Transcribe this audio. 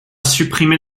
supprimé